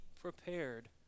prepared